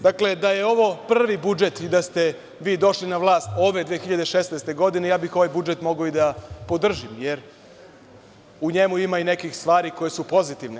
Dakle, da je ovo prvi budžet i da ste vi došli na vlast ove 2016. godine, ovaj budžet bih mogao i da podržim, jer u njemu ima i nekih stvari koje su pozitivne.